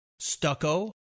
Stucco